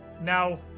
Now